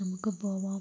നമുക്ക് പോവാം